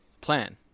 plan